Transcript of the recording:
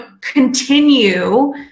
continue